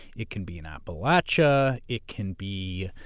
it can be in appalachia, it can be